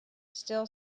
still